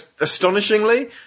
astonishingly